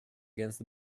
against